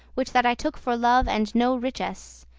which that i took for love and no richess,